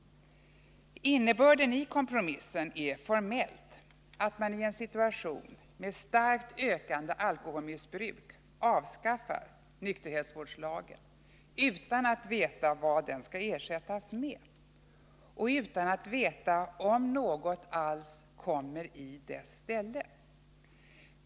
Innebörden i kompromissen är formellt att man i en situation med starkt ökande alkoholmissbruk avskaffar nykterhetsvårdslagen, utan att veta vad den skall ersättas med, och utan att veta om något alls kommer i dess ställe.